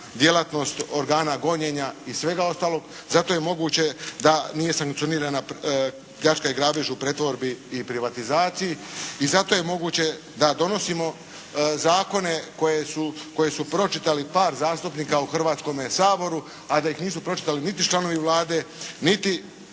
djelatnost organa gonjenja i svega ostaloga. Zato je moguće da nije sankcionirana pljačka i grabež u pretvorbi i privatizaciji. i zato je moguće da donosimo zakone koje su pročitali par zastupnika u Hrvatskome saboru a da ih nisu pročitali niti članovi Vlade niti